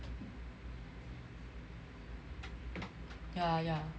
yeah yeah